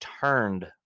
turned